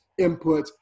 inputs